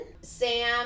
Sam